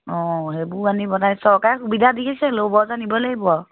অ' সেইবোৰো আনি বনাই চৰকাৰে সুবিধা দিছে ল'ব জানিব লাগিব আৰু